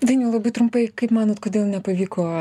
dainiau labai trumpai kaip manot kodėl nepavyko